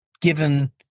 given